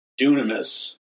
dunamis